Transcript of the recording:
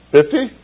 Fifty